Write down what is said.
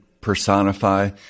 personify